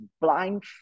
blind